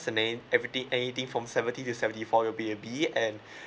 a name everything anything from seventy to seventy four will be a B and